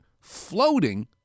floating